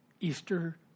Easter